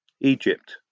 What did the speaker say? Egypt